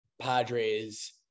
padres